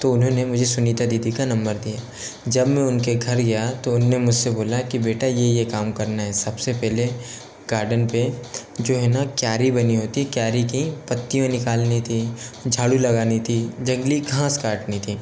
तो उन्होंने मुझे सुनीता दीदी का नम्बर दिया जब मैं उन के घर गया तो उन्होंने मुझ से बोला कि बेटा ये ये काम करना है सब से पहले गार्डन पर जो है ना क्यारी बनी होती क्यारी की पत्तियों निकालनी थी झाड़ू लगानी थी जंगली घांस काटनी थी